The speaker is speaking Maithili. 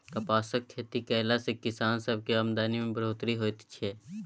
कपासक खेती कएला से किसान सबक आमदनी में बढ़ोत्तरी होएत छै